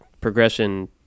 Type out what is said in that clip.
progression